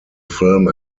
film